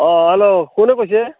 অঁ হেল্ল' কোনে কৈছে